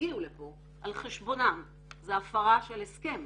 הגיעו לפה על חשבונם זה הפרה של הסכם.